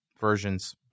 versions